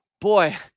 Boy